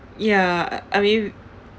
ya I I mean